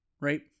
right